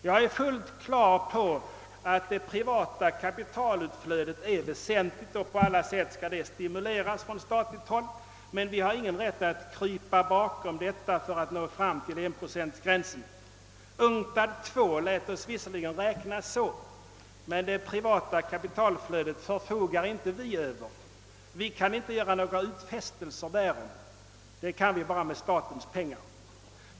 Jag är fullt på det klara med att det privata kapitalutflödet är väsentligt och att det på alla sätt skall stimuleras från statligt håll, men vi har ingen rätt att krypa bakom detta för att nå fram till 1-procentsgränsen. UNCTAD II lät oss visserligen räkna så, men vi förfogar inte över det privata kapitalutflödet och kan inte göra några utfäs telser därom. Det kan vi bara göra beträffande statens pengar. Herr talman!